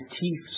teeth